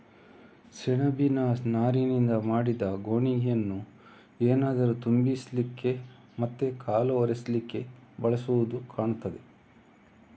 ಸೆಣಬಿನ ನಾರಿನಿಂದ ಮಾಡಿದ ಗೋಣಿಯನ್ನ ಏನಾದ್ರೂ ತುಂಬಿಸ್ಲಿಕ್ಕೆ ಮತ್ತೆ ಕಾಲು ಒರೆಸ್ಲಿಕ್ಕೆ ಬಳಸುದು ಕಾಣ್ತದೆ